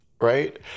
right